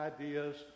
ideas